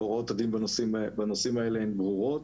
והוראות הדין בנושאים האלה הן ברורות.